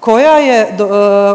koja je